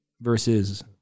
versus